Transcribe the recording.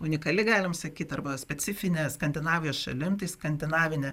unikali galim sakyt arba specifinė skandinavijos šalim tai skandinavinė